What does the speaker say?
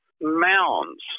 mounds